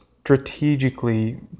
strategically